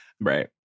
Right